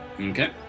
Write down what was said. Okay